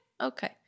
Okay